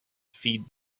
feed